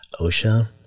OSHA